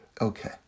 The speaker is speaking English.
Okay